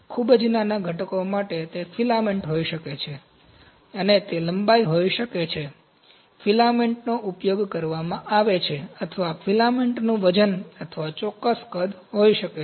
ખૂબ જ નાના ઘટકો માટે તે ફિલામેન્ટ માટે હોઈ શકે છે તે લંબાઈ હોઈ શકે છે ફિલામેન્ટનો ઉપયોગ કરવામાં આવે છે અથવા ફિલામેન્ટનું વજન અથવા ચોક્કસ કદ હોઈ શકે છે